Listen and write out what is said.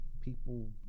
People